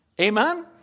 Amen